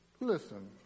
Listen